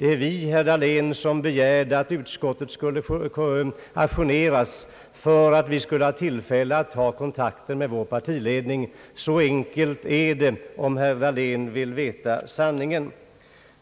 Det var vi, herr Dahlén, som begärde att utskottet skulle ajourneras för att vi skulle få tillfälle att ta kontakt med vår partiledning. Så enkelt är det, om herr Dahlén vill veta sanningen.